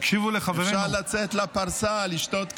אפשר לשבת בפרסה ולשתות קפה.